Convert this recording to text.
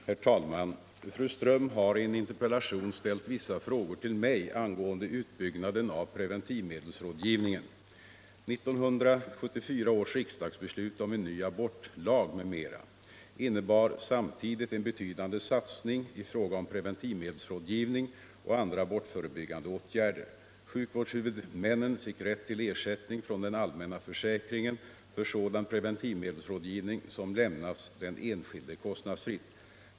Herr talman! Fru Ström har i en interpellation ställt vissa frågor till mig angående utbyggnaden av preventivmedelsrådgivningen. 1974 års riksdagsbeslut om en ny abortlag m.m. innebar samtidigt en betydande satsning i fråga om preventivmedelsrådgivning och andra abortförebyggande åtgärder. Sjukvårdshuvudmännen fick rätt till ersättning från den allmänna försäkringen för sådan preventivmedelsrådgivning som lämnas den enskilde kostnadsfritt.